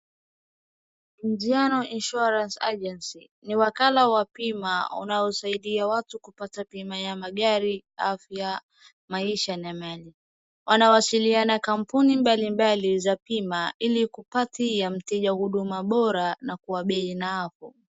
Anziano Insurance Agency ni wakala wa bima unaosaidia watu kupata bima ya magari, afya, maisha na mali. Wanawasiliana kampuni mbalimbali za bima ili kupatia mteja huduma bora na kwa bei naafu.